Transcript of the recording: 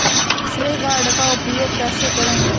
श्रेय कार्ड का उपयोग कैसे करें?